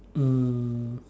um